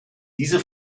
diese